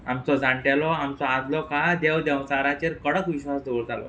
आमचो जाण्टेलो आमचो आदलो काळ देव देंवचाराचेर कडक विश्वास दवरतालो